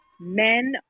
men